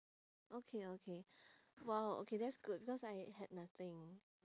okay okay !wow! okay that's good because I had nothing